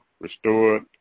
restored